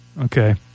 Okay